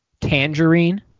Tangerine